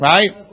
Right